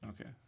Okay